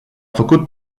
făcut